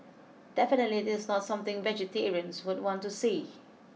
definitely this is not something vegetarians would want to see